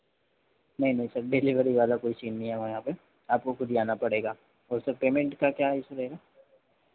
नहीं नहीं sir delivery वाला कोई सीन नहीं है हमारे यहाँ पर आपको ख़ुद ही आना पड़ेगा और सर पेमेंट का क्या इस्यू रहेगा